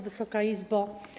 Wysoka Izbo!